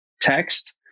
text